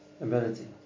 ability